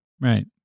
Right